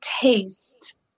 taste